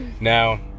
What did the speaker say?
Now